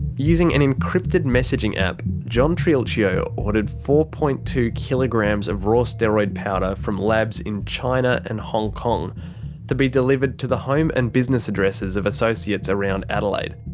using an encrypted messaging app, john triulcio ordered four. two kilograms of raw steroid powder from labs in china and hong kong to be delivered to the home and business addresses of associates around adelaide.